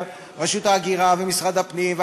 רשות ההגירה ומשרד הפנים,